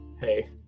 Hey